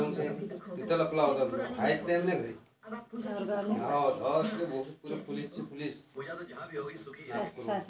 बिमा काढला तर करात सूट भेटन काय?